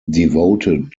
devoted